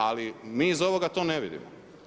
Ali mi iz ovoga to ne vidimo.